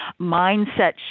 mindset